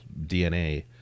DNA